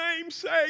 namesake